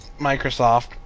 Microsoft